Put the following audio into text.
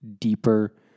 deeper